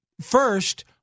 First